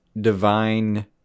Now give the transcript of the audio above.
divine